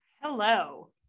hello